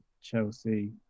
chelsea